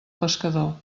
pescador